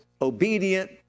obedient